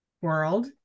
world